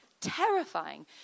terrifying